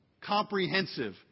Comprehensive